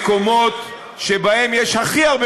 ישראל היא בין המקומות שבהם יש הכי הרבה